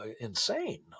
Insane